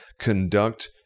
conduct